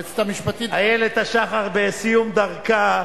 איילת השחר בסיום דרכה,